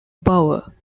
bauer